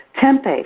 Tempe